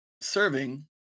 serving